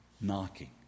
knocking